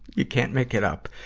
you can't make it up.